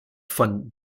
von